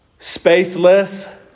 spaceless